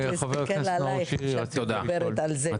חה"כ נאור שירי, רצית לשאול.